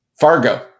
Fargo